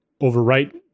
overwrite